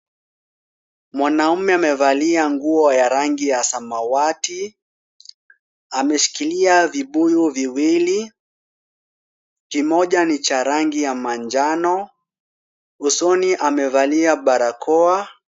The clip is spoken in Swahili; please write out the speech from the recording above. Mwanaume amevalia nguo ya rangi ya samawati, ameshikilia vibuyu viwili. Kimoja ni cha rangi ya manjano. Usoni amevalia barakoa.